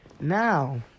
Now